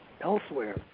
elsewhere